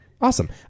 Awesome